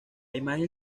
imagen